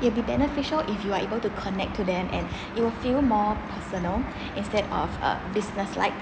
it will be beneficial if you are able to connect to them and it will feel more personal instead of uh business like